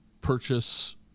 purchase